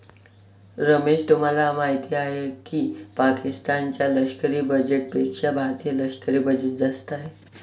रमेश तुम्हाला माहिती आहे की पाकिस्तान च्या लष्करी बजेटपेक्षा भारतीय लष्करी बजेट जास्त आहे